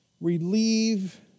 Relieve